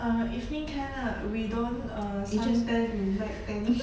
err evening can lah we don't uh suntan we night tan